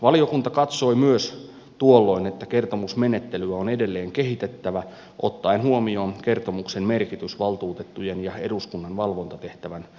valiokunta katsoi myös tuolloin että kertomusmenettelyä on edelleen kehitettävä ottaen huomioon kertomuksen merkityksen valtuutettujen ja eduskunnan valvontatehtävän toteuttamisessa